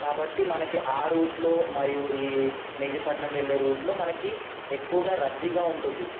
కాబట్టి మనకి ఆ రూట్లో మరియు ఈ మెహిదీపట్నం వెళ్ళే రూట్లో మనకి ఎక్కువగా రద్దీగా ఉంటుంది